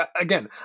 again